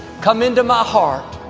come into my heart.